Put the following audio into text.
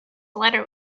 letter